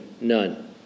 None